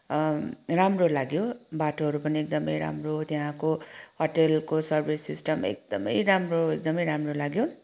राम्रो लाग्यो बाटोहरू पनि एकदमै राम्रो त्यहाँको होटलको सर्विस सिस्टम एकदमै राम्रो एकदमै राम्रो लाग्यो